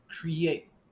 create